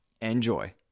Enjoy